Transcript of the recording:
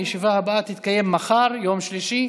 הישיבה הבאה תתקיים מחר, יום שלישי,